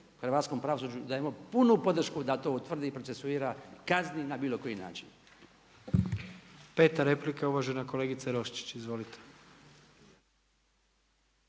hrvatskom pravosuđu dajemo punu podršku da to utvrdi, procesuira, kazni na bilo koji način. **Jandroković, Gordan (HDZ)** 5 replika, uvažena kolegica Roščić. Izvolite.